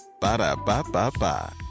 Ba-da-ba-ba-ba